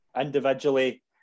individually